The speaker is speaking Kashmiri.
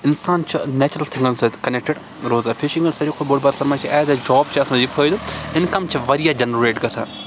اِنسان چھ نیچرَل تِھگَن سٟتۍ کَنٹیکٹِڈ روزان فِشنٛگ ہُنٛد ساروٕے کھۄتہٕ بوٚڈ بار سَرمایہِ چھ یہِ زِ ایز اےٚ جاب چھ آسان یہِ فٲیِدٕ اِنکَم چھ واریاہ جَنریٹ گَژھان